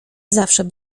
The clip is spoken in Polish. zawsze